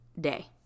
day